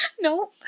No